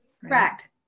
Correct